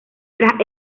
tras